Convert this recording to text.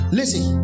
Listen